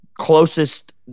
closest